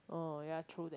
oh ya true that